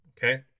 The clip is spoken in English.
Okay